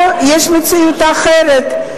או, יש מציאות אחרת.